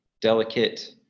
delicate